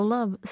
Love